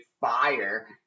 fire